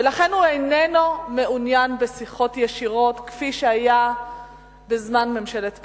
ולכן הוא איננו מעוניין בשיחות ישירות כפי שהיה בזמן ממשלת קדימה.